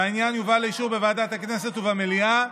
והעניין יובא לאישור בוועדת הכנסת ובמליאה.